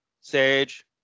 sage